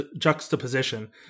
juxtaposition